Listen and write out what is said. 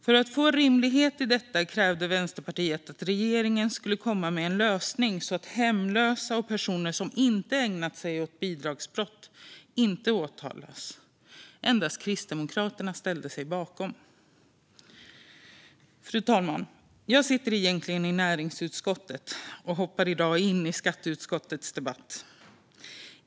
För att få rimlighet i detta krävde Vänsterpartiet att regeringen skulle komma med en lösning så att hemlösa och personer som inte har ägnat sig åt bidragsbrott inte ska åtalas. Endast Kristdemokraterna ställde sig bakom. Fru talman! Jag sitter egentligen i näringsutskottet och hoppar i dag in i skatteutskottets debatt.